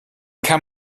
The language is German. kann